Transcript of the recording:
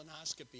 colonoscopy